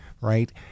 Right